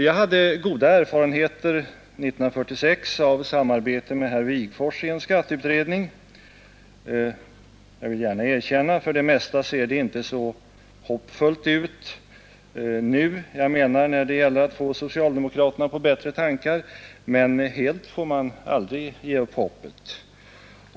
Vi hade goda erfarenheter år 1946 av samarbetet med herr Wigforss i en skatteutredning. Jag vill gärna erkänna att för det mesta så ser det inte så hoppfullt ut nu — jag menar när det gäller att få socialdemokraterna på bättre tankar, men helt får man aldrig ge upp hoppet.